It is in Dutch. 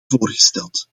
voorgesteld